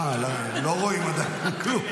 אה, לא רואים עדיין כלום.